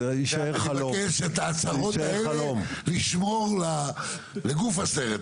אני מבקש שאת ההצהרות האלה לשמור לגוף הסרט,